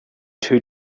too